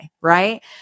right